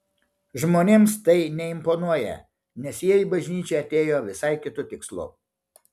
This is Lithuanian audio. žmonėms tai neimponuoja nes jie į bažnyčią atėjo visai kitu tikslu